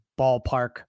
ballpark